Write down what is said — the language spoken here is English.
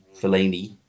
Fellaini